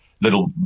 little